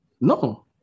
no